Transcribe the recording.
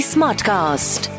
Smartcast